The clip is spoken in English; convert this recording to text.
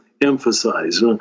emphasize